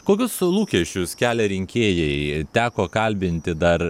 kokius lūkesčius kelia rinkėjai teko kalbinti dar